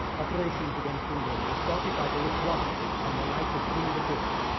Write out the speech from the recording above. operations against england were started by the luftwaffe but on the night of june the fifth.